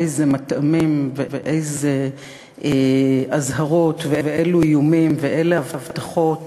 איזה מטעמים ואיזה אזהרות ואילו איומים ואילו הבטחות